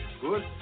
good